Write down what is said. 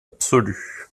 absolu